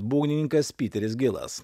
būgnininkas piteris gilas